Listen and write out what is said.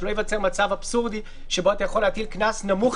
שלא ייווצר מצב אבסורדי שבו אתה יכול להטיל קנס נמוך